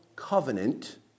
covenant